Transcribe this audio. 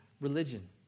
religion